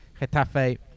Getafe